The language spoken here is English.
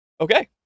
okay